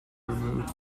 removed